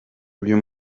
uyu